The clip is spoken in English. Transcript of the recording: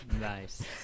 Nice